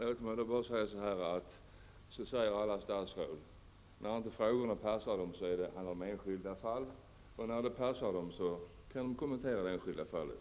Herr talman! Så säger alla statsråd. När inte frågorna passar dem, handlar det om enskilda fall. När frågorna passar dem, kan de kommentera det enskilda fallet.